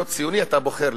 להיות ציוני אתה בוחר,